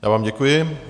Já vám děkuji.